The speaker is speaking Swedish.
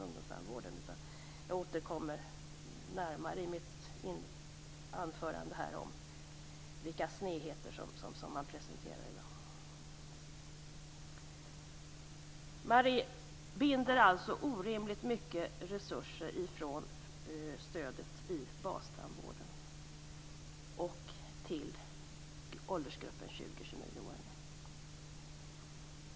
Jag återkommer senare i mitt anförande till de snedheter som presenteras i dag. Man binder alltså orimligt mycket resurser från stödet i bastandvården till åldersgruppen 20-29 åringar.